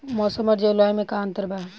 मौसम और जलवायु में का अंतर बा?